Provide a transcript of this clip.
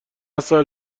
سال